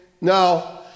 No